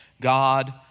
God